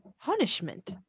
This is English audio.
Punishment